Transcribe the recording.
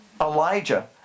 Elijah